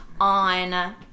on